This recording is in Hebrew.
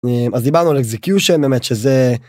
אז דיברנו על אקסקיושן באמת שזה